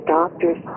doctors